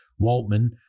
Waltman